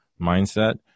mindset